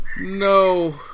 no